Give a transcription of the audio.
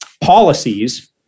policies